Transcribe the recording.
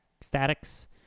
statics